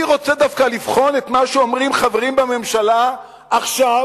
אני רוצה דווקא לבחון את מה שאומרים חברים בממשלה עכשיו,